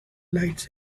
lights